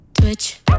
Twitch